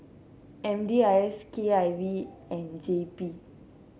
M D I S K I V and J P